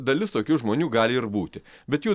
dalis tokių žmonių gali ir būti bet jų